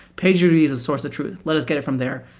pagerduty is a source of truth. let us get it from there.